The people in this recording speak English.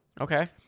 Okay